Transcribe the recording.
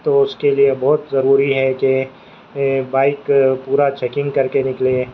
تو اس کے لیے بہت ضروری ہے کہ بائک پورا چیکنگ کر کے نکلیں